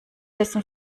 dessen